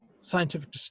scientific